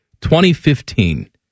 2015